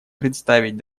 представить